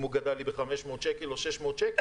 אם היא גדלה לי ב-500 שקל או 600 שקל?